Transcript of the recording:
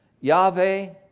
Yahweh